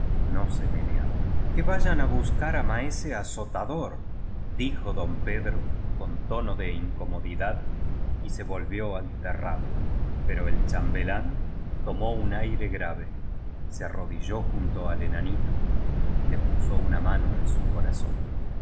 no se meneaba que vayan á buscar á maesa azotadordijo don pedro con tono de incomodidad y se volvió al terrado pero el chambelán tomó un aire grave se arrodilló junto al enanito y le puso una mano en su corazón